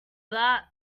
that